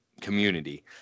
community